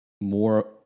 more